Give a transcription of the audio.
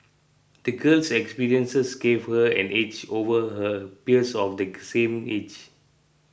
the girl's experiences gave her an edge over her peers of the same age